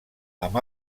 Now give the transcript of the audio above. amb